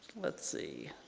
let's see